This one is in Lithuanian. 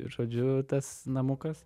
žodžiu tas namukas